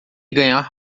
ganhar